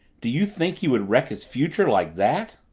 do you think he would wreck his future like that?